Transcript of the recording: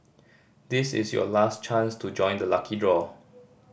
this is your last chance to join the lucky draw